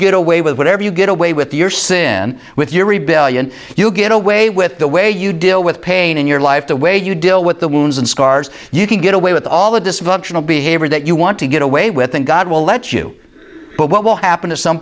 get away with whatever you get away with your sin with your re billion you'll get away with the way you deal with pain in your life the way you deal with the wounds and scars you can get away with all the dysfunctional behavior that you want to get away with and god will let you but what will happen at some